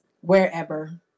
wherever